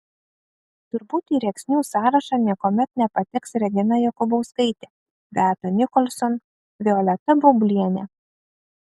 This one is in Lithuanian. turbūt į rėksnių sąrašą niekuomet nepateks regina jokubauskaitė beata nicholson violeta baublienė